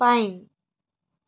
pine